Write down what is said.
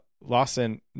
Lawson